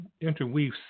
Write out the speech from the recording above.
interweave